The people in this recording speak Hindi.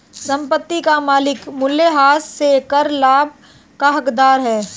संपत्ति का मालिक मूल्यह्रास से कर लाभ का हकदार है